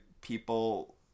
people